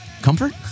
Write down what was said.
Comfort